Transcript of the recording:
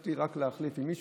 ביקשתי רק להחליף עם מישהו,